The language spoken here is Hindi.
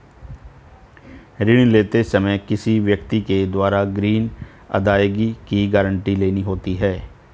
ऋण लेते समय किसी व्यक्ति के द्वारा ग्रीन अदायगी की गारंटी लेनी होती है